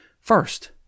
first